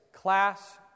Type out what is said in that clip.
Class